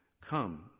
come